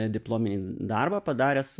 diplominį darbą padaręs